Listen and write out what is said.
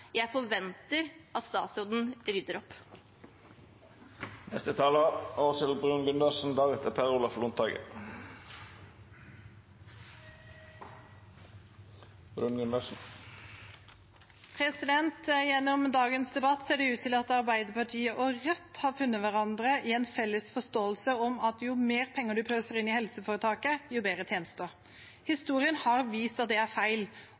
Jeg forventer at statsråden rydder opp. Gjennom dagens debatt ser det ut til at Arbeiderpartiet og Rødt har funnet hverandre i en felles forståelse av at jo mer penger man pøser inn i helseforetakene, jo bedre tjenester. Historien har vist at det er feil.